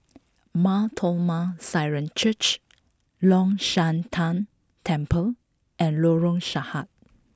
Mar Thoma Syrian Church Long Shan Tang Temple and Lorong Sahad